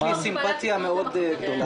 לי סימפתיה מאוד גדולה.